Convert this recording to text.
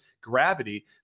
gravity